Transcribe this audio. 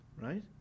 right